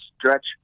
stretch